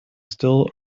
still